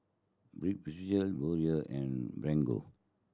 Ripcurl Biore and Bargo